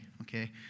Okay